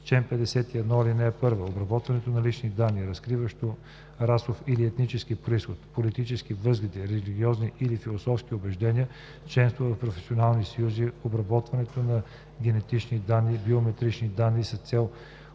Чл. 51. (1) Обработването на лични данни, разкриващо расов или етнически произход, политически възгледи, религиозни или философски убеждения, членство в професионални съюзи, обработването на генетични данни, биометрични данни с цел